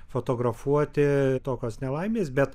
fotografuoti tokios nelaimės bet